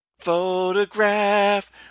photograph